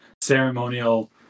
ceremonial